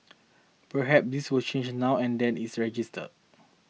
perhaps this will change now and that it's registered